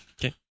Okay